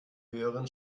höheren